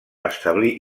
establir